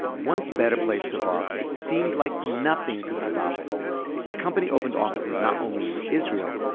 once better place took off, it seemed like nothing could stop it the company opened offices not only in israel,